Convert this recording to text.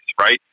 right